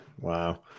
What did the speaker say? Wow